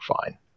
fine